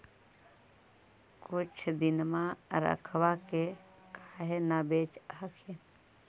कुछ दिनमा रखबा के काहे न बेच हखिन?